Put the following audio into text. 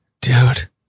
Dude